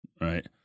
Right